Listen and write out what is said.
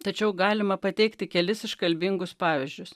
tačiau galima pateikti kelis iškalbingus pavyzdžius